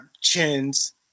chins